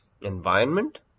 environment